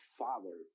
father